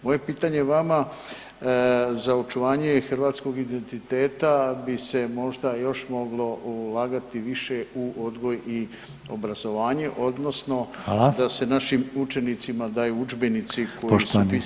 Moje pitanje vama za očuvanje hrvatskog identiteta bi se možda još moglo ulagati više u odgoj i obrazovanje odnosno [[Upadica Reiner: Hvala.]] da se našim učenicima daju udžbenici koji su pisani hrvatskim.